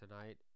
tonight